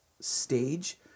stage